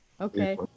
Okay